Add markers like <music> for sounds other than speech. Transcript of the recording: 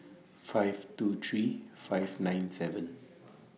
five two three five nine seven <noise>